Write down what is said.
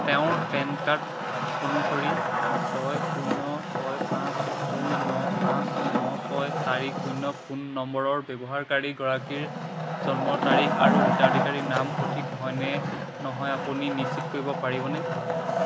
তেওঁৰ PAN card অনুসৰি ছয় শূন্য ছয় পাঁচ দুই ন পাঁচ ন ছয় চাৰি শূন্য ফোন নম্বৰৰ ব্যৱহাৰকাৰী গৰাকীৰ জন্মৰ তাৰিখ আৰু হিতাধিকাৰীৰ নাম সঠিক হয়নে নহয় আপুনি নিশ্চিত কৰিব পাৰিবনে